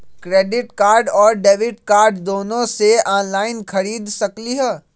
Credit card और debit card दोनों से ऑनलाइन खरीद सकली ह?